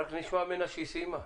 רק נשמע ממנה שהיא סיימה.